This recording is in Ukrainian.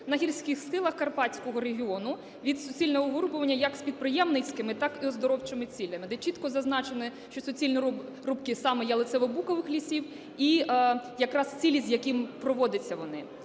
на гірських схилах Карпатського регіону від суцільного вирубування, як з підприємницькими, так і оздоровчими цілями, де чітко зазначено, що суцільні рубки саме ялицево-букових лісів і якраз цілі з яким проводяться вони.